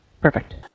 Perfect